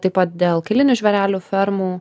taip pat dėl kailinių žvėrelių fermų